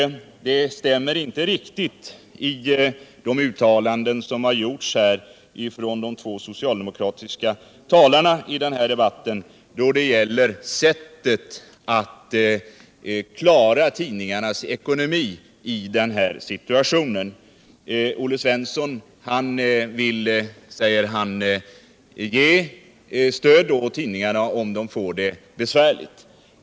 Det rimmar dock inte med de uttalanden som här gjorts av de två socialdemokratiska talarna i debatten vad gäller sättet att klara tidningarnas ekonomi i nuvarande situation. Olle Svensson sade att han vill ge stöd åt tidningarna om de får det besvärligt.